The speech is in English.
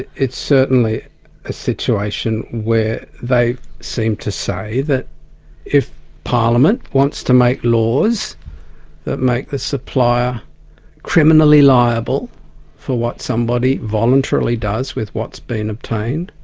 it's certainly a situation where they seem to say that if parliament wants to make laws that make the supplier criminally liable for what somebody voluntarily does with what's been obtained,